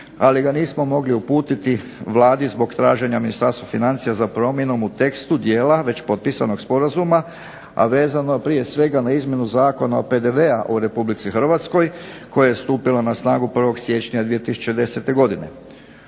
ali ga nismo mogli uputiti Vladi zbog traženja Ministarstva financija za promjenom u tekstu dijela već potpisanog sporazuma, a vezano prije svega na izmjenu Zakona o PDV-u u Republici Hrvatskoj koja je stupila na snagu 1. siječnja 2010. godine.